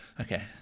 Okay